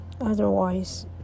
otherwise